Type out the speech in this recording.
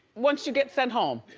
once you get sent home.